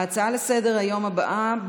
ההצעה לסדר-היום הבאה היא